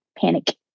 panic